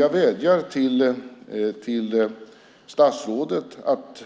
Jag vädjar till statsrådet att